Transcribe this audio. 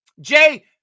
Jay